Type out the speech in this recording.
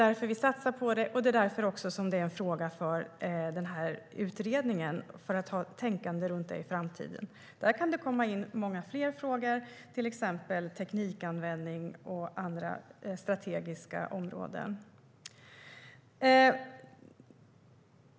Därför satsar vi på det, och därför är det också en fråga för utredningen. Det ska finnas ett tänkande runt det även i framtiden. Där kan det komma in många fler frågor, till exempel sådant som rör teknikanvändning och andra strategiska områden.